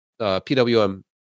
PWM